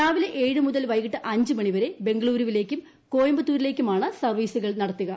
രാവിലെ ഏഴ് മുതൽ വൈകിട്ട് അഞ്ച് മണിവരെ ബംഗളുരുവിലേക്കും കോയമ്പത്തൂരിലേക്കുമാണ് സർവ്വീസുകൾ നടത്തുക